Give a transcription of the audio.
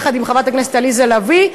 יחד עם חברת הכנסת עליזה לביא.